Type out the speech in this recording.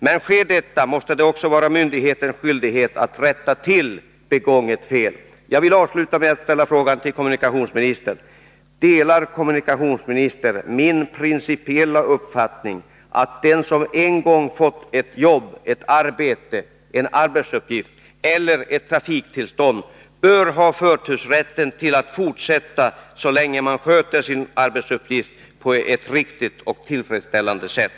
Men om detta sker måste det också vara myndigheternas skyldighet att rätta till begånget fel. Jag vill avsluta med att ställa en fråga till kommunikationsministern: Delar kommunikationsministern min principiella uppfattning att den som en gång fått ett jobb, en arbetsuppgift eller ett trafiktillstånd bör ha förtursrätten till att fortsätta så länge han sköter sin arbetsuppgift på ett riktigt och tillfredsställande sätt?